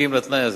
מסכים לתנאי הזה?